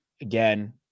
again